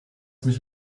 mich